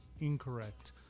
incorrect